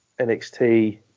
NXT